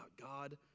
God